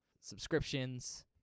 subscriptions